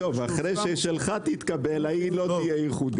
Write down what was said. טוב, אחר ששלך תתקבל, ההיא לא תהיה ייחודית.